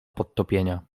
podtopienia